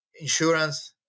Insurance